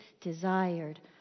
desired